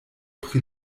pri